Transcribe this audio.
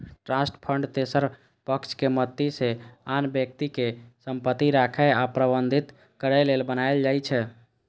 trust fund तेसर पक्षक मदति सं आन व्यक्तिक संपत्ति राखै आ प्रबंधित करै लेल बनाएल जाइ छै